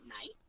night